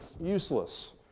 useless